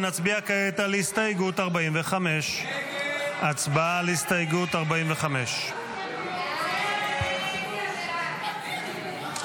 נצביע כעת על הסתייגות 45. הצבעה על הסתייגות 45. הסתייגות 45 לא